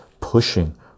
pushing